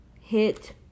hit